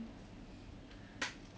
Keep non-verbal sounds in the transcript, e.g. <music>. <breath>